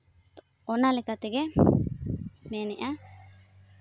ᱚᱱᱟ ᱞᱮᱠᱟ ᱛᱮᱜᱮ ᱢᱮᱱ ᱮᱫᱟ